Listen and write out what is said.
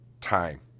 time